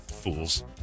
fools